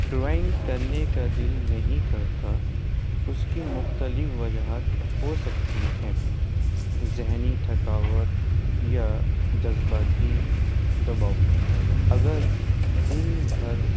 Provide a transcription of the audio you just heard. drawing کرنے کا دل نہیں کرتا اس کی مختلف وجوہات ہو سکتی ہیں ذہنی تھکاوٹ یا جذباتی دباؤ اگر دن بھر